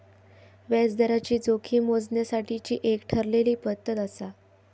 व्याजदराची जोखीम मोजण्यासाठीची एक ठरलेली पद्धत आसा